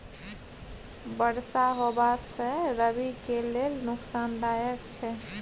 बरसा होबा से रबी के लेल नुकसानदायक छैय?